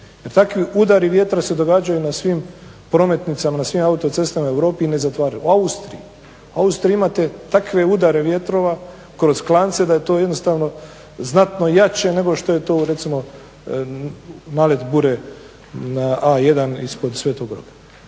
takvi udari vjetra se događaju na svim prometnicama, na svim autocestama u Europi i ne zatvaraju. U Austriji, u Austriji imate takve udare vjetrova kroz klance da je to jednostavno znatno jače nego što je to recimo nalet bure na A1 ispod Sv. Roka.